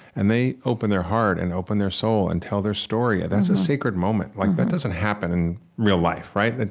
and they open their heart, and open their soul, and tell their story, that's a sacred moment. like that doesn't happen in real life, right?